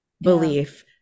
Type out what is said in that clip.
belief